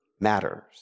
matters